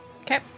Okay